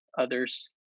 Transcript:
others